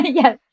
yes